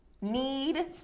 need